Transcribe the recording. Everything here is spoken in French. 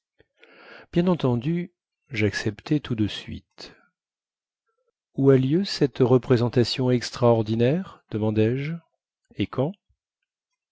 bien entendu jacceptai tout de suite où a lieu cette représentation extraordinaire demandai-je et